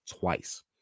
twice